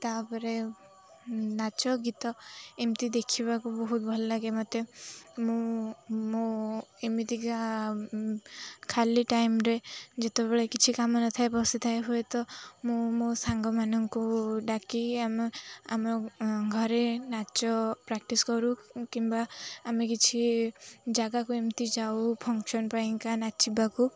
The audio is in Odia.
ତା'ପରେ ନାଚ ଗୀତ ଏମିତି ଦେଖିବାକୁ ବହୁତ ଭଲ ଲାଗେ ମୋତେ ମୁଁ ମୁଁ ଏମିତିକା ଖାଲି ଟାଇମ୍ରେ ଯେତେବେଳେ କିଛି କାମ ନଥାଏ ବସିଥାଏ ହୁଏ ତ ମୁଁ ମୋ ସାଙ୍ଗମାନଙ୍କୁ ଡ଼ାକି ଆମେ ଆମ ଘରେ ନାଚ ପ୍ରାକ୍ଟିସ୍ କରୁ କିମ୍ବା ଆମେ କିଛି ଜାଗାକୁ ଏମିତି ଯାଉ ଫଙ୍କ୍ସନ୍ ପାଇଁକା ନାଚିବାକୁ